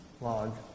log